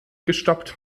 gestoppt